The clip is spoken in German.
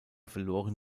verloren